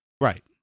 Right